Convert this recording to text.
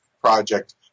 Project